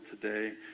today